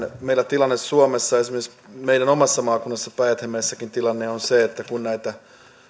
meillä tilanne suomessa esimerkiksi meidän omassakin maakunnassamme päijät hämeessä on se että kun näitä